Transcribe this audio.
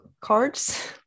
cards